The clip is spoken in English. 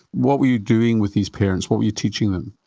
what were you doing with these parents, what were you teaching them?